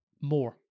more